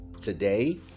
Today